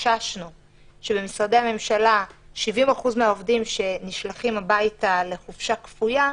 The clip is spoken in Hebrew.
כשבמשרדי הממשלה 70% מהעובדים נשלחים הביתה לחופשה כפויה,